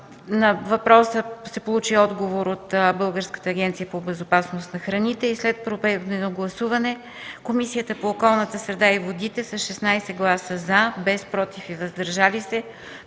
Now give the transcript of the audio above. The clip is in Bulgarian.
На въпроса се получи отговор от Българската агенция по безопасност на храните. След проведеното гласуване, Комисията по околната среда и водите с 16 гласа „за”, без „против” и „въздържали се”,